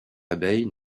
abeilles